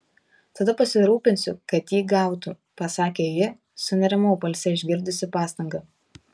tada pasirūpinsiu kad jį gautų pasakė ji sunerimau balse išgirdusi pastangą